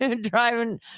Driving